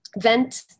vent